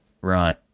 Right